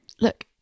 look